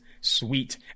sweet